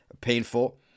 painful